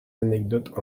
anecdotes